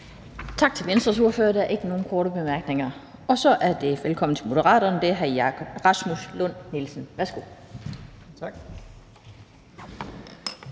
Tak til Venstres ordfører. Der er ikke nogen korte bemærkninger. Så siger vi velkommen til Moderaterne, og det er hr. Rasmus Lund-Nielsen. Værsgo. Kl.